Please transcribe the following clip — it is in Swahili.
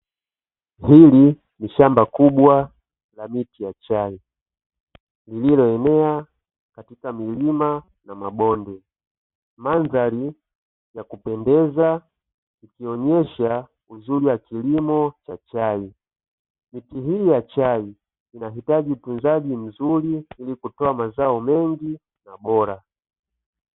Hili ni shamba kubwa la miti ya chai lililoenea katika milima na mabonde, mandhari ya kupendeza ikionyesha uzuri wa kilimo cha chai. Miti hii ya chai inahitaji utunzaji mzuri ili kutoa mazao mengi na bora.